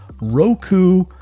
Roku